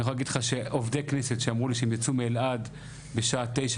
אני יכול להגיד לך שעובדי כנסת שאמרו לי שהם יצאו מאלעד בשעה 9:00,